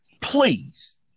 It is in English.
please